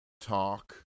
talk